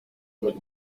but